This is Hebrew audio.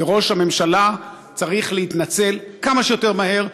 וראש הממשלה צריך להתנצל כמה שיותר מהר,